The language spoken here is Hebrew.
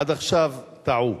עד עכשיו, טעו.